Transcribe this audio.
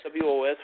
WOS